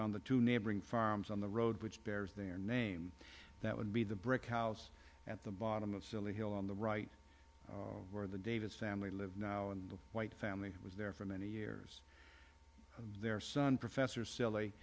on the two neighboring farms on the road which bears their name that would be the brick house at the bottom of silly hill on the right where the davis family live now and the white family was there for many years their son professor